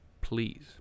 please